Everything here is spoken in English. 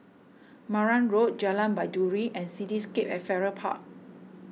Marang Road Jalan Baiduri and Cityscape at Farrer Park